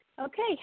Okay